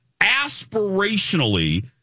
aspirationally